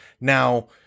now